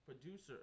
producer